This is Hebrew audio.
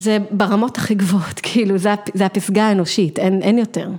זה ברמות הכי גבוהות, כאילו, זה הפסגה האנושית, אין יותר.